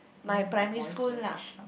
mean my voice very sharp